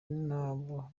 n’abo